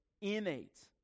innate